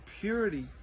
purity